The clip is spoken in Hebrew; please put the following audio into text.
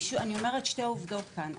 אני מדברת על שתי עובדות כאן,